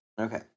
Okay